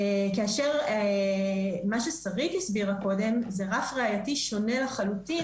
כאשר מה ששרית הסבירה קודם זה רף ראייתי שונה לחלוטין,